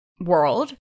world